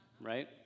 right